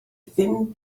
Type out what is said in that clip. ddim